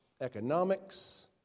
economics